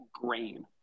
grain